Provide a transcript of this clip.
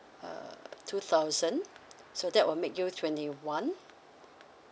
uh two thousand so that will make you twenty one